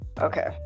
Okay